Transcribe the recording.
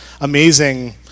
amazing